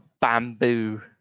bamboo